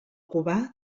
cubà